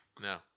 No